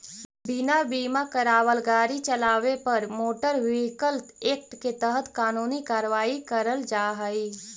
बिना बीमा करावाल गाड़ी चलावे पर मोटर व्हीकल एक्ट के तहत कानूनी कार्रवाई करल जा हई